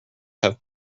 have